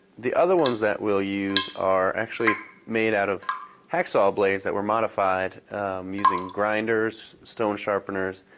the other ones that we'll use are actually made out of hacksaw blades that were modified using grinders, stone sharpeners,